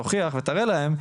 תוכיח ותראה להם,